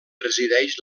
presideix